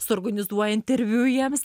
suorganizuoja interviu jiems